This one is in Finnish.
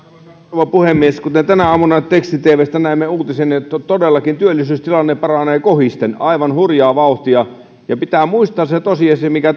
rouva puhemies tänä aamuna teksti tvstä näimme uutisen että todellakin työllisyystilanne paranee kohisten aivan hurjaa vauhtia pitää muistaa se tosiasia mikä